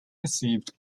received